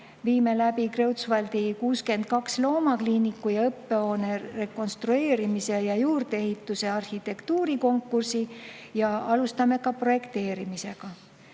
viime läbi Kreutzwaldi 62 loomakliiniku ja õppehoone rekonstrueerimise ja juurdeehituse arhitektuurikonkursi ja alustame projekteerimisega.